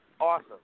awesome